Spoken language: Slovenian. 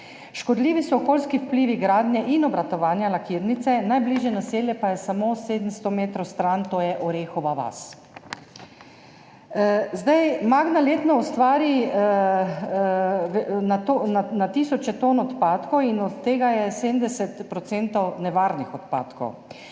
Škodljivi so okoljski vplivi gradnje in obratovanja lakirnice, najbližje naselje pa je samo 700 metrov stran, to je Orehova vas. Magna letno ustvari na tisoče ton odpadkov in od tega je 70 % nevarnih odpadkov.